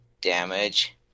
damage